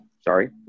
Sorry